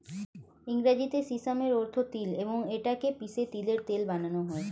ইংরেজিতে সিসামের অর্থ তিল এবং এটা কে পিষে তিলের তেল বানানো হয়